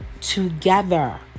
together